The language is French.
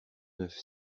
neuf